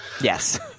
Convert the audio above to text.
Yes